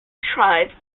tribe